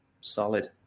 Solid